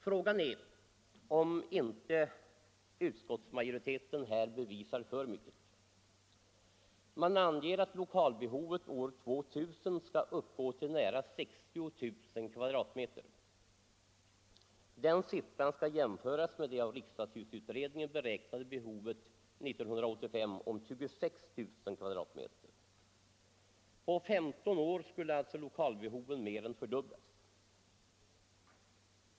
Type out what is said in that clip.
Frågan är om inte utskottsmajoriteten här bevisar för mycket. Mån anger att lokalbehovet år 2000 skall uppgå till nära 60 000 kvadratmeter. Den siffran skall jämföras med det av riksdagshusutredningen beräknade behovet 1985 om 26 000 kvadratmeter. På 15 år skulle alltså lokalbehovet mer än fördubblas!